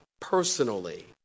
personally